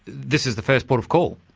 this is the first port of call?